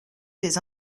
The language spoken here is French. des